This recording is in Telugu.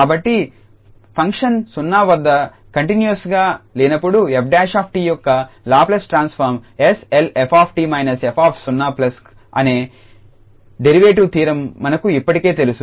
కాబట్టి ఫంక్షన్ 0 వద్ద కంటిన్యూస్ గా లేనప్పుడు 𝑓′𝑡 యొక్క లాప్లేస్ ట్రాన్స్ఫార్మ్ 𝑠𝐿𝑓𝑡−𝑓0 అనే డెరివేటివ్ థీరం మనకు ఇప్పటికే తెలుసు